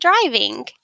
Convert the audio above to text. driving